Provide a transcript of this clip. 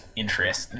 interest